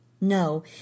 No